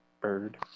bird